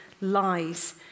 lies